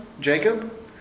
Jacob